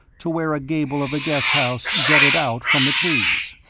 to where a gable of the guest house jutted out from the trees.